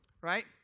Right